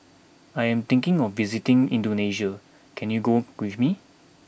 I am thinking of visiting Indonesia can you go with me